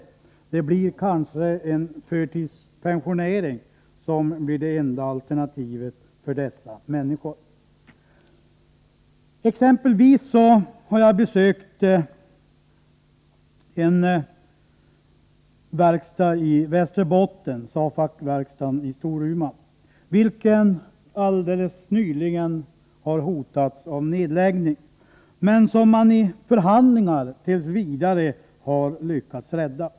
Kanske blir en förtidspensionering det enda alternativet för dessa människor. Exempelvis har jag besökt en verkstad i Västerbotten, SAFAC-verkstaden i Storuman, vilken helt nyligen hotats av nedläggning, men som man i förhandlingar t. v. lyckats rädda.